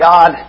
God